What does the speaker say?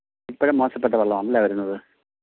ഇപ്പോഴും മോശപ്പെട്ട വെള്ളം ആണല്ലേ വരുന്നത്